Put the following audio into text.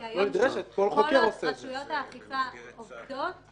כי היום כל עוד רשויות האכיפה עובדות,